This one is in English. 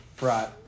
Right